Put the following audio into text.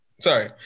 sorry